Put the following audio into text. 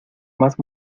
más